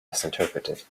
misinterpreted